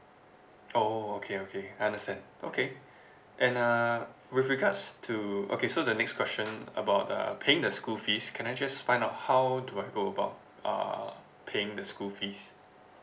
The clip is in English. oh okay okay I understand okay and uh with regards to okay so the next question about uh paying the school fees can I just find out how do I go about uh paying the school fees